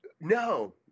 No